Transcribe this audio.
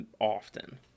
often